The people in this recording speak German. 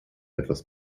etwas